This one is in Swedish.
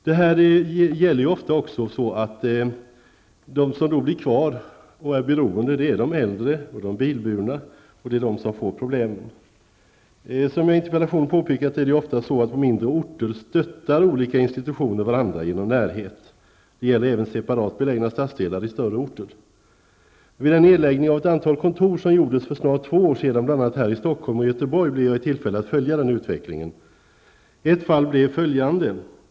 De som drabbas och som är beroende är de äldre, de icke bilburna. Som jag påpekat i interpellationen är det ju också ofta så att olika institutioner på mindre orter stöttar varandra genom närhet. Det gäller även separat belägna stadsdelar på större orter. Vid en nedläggning av ett antal kontor som gjordes för snart två år sedan, bl.a. här i Stockholm och i Göteborg, blev jag i tillfälle att följa utvecklingen. Ett fall var följande.